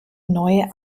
neue